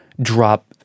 drop –